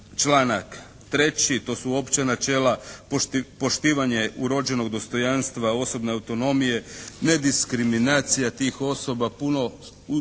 3. to su opća načela poštivanje urođenog dostojanstva, osobne autonomije, nediskriminacija tih osoba, puno i učinkovito